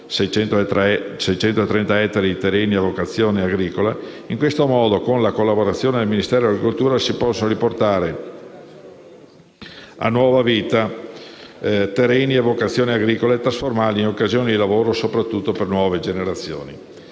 630 ettari di terreni a vocazione agricola. In questo modo, con la collaborazione del Ministero delle politiche agricole alimentari e forestali, si possono riportare a nuova vita i terreni a vocazione agricola e trasformarli in un'occasione di lavoro soprattutto per le nuove generazioni,